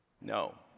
No